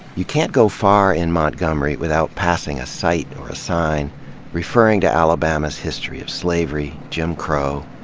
you can't go far in montgomery without passing a site or a sign referring to alabama's history of slavery, jim crow,